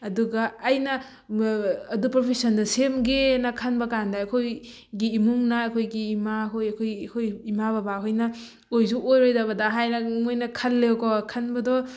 ꯑꯗꯨꯒ ꯑꯩꯅ ꯑꯗꯨ ꯄ꯭ꯔꯣꯐꯦꯁꯟꯗꯣ ꯁꯦꯝꯒꯦꯅ ꯈꯟꯕ ꯀꯥꯟꯗ ꯑꯩꯈꯣꯏꯒꯤ ꯏꯃꯨꯡꯅ ꯑꯩꯈꯣꯏꯒꯤ ꯏꯃꯥꯍꯣꯏ ꯑꯩꯈꯣꯏ ꯑꯩꯈꯣꯏꯒꯤ ꯏꯃꯥ ꯕꯕꯥꯍꯣꯏꯅ ꯑꯣꯏꯁꯨ ꯑꯣꯏꯔꯣꯏꯗꯕꯗ ꯍꯥꯏꯅ ꯃꯣꯏꯅ ꯈꯜꯂꯦꯕꯀꯣ ꯈꯟꯕꯗꯣ